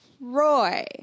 Roy